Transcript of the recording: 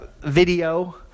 video